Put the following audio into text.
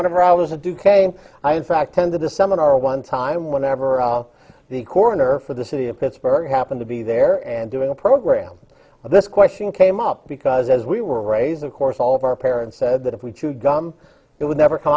whatever i was a duke am i in fact tend to the seminar one time whenever the corner for the city of pittsburgh happened to be there and doing a program of this question came up because as we were raised of course all of our parents said that if we chew gum it would never com